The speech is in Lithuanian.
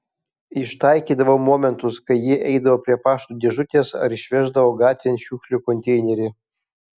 ištaikydavau momentus kai ji eidavo prie pašto dėžutės ar išveždavo gatvėn šiukšlių konteinerį